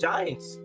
Giants